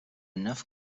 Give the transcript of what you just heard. enough